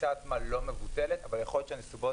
הטיסה עצמה לא מבוטלת אבל יכול להיות שהנסיבות